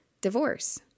Divorce